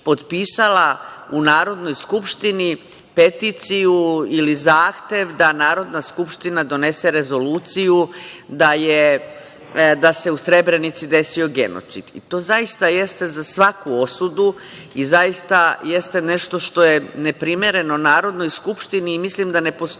u Narodnoj Skupštini, peticiju ili zahtev da Narodna Skupština donese rezoluciju da se u Srebrenici desio genocid.I to zaista jeste za svaku osudu i zaista jeste nešto što je neprimereno Narodnoj Skupštini i mislim da ne postoji